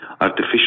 artificial